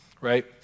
right